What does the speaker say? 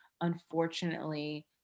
unfortunately